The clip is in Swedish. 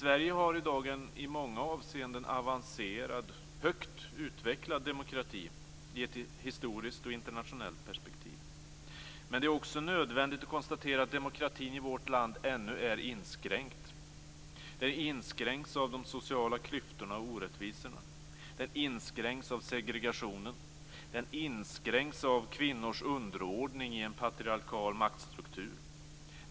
Sverige har i dag en i många avseenden avancerad högt utvecklad demokrati i ett historiskt och internationellt perspektiv. Men det är också nödvändigt att konstatera att demokratin i vårt land ännu är inskränkt. Den inskränks av de sociala klyftorna och orättvisorna. Den inskränks av segregationen. Den inskränks av kvinnors underordning i en patriarkal maktstruktur.